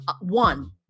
one